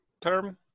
term